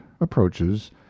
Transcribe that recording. approaches